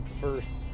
first